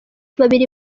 babiri